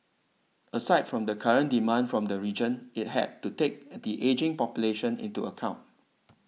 aside from the current demand from the region it had to take the ageing population into account